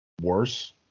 worse